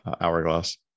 hourglass